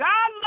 God